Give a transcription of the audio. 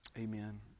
Amen